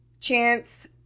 chance